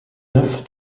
neuf